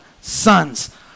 sons